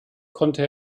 konnte